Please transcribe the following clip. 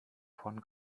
von